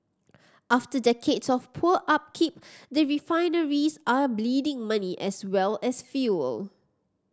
after decades of poor upkeep the refineries are bleeding money as well as fuel